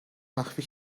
مخفی